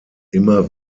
immer